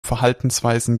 verhaltensweisen